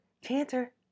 chanter